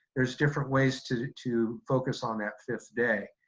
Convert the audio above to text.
there's different ways to to focus on that fifth day.